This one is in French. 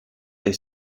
est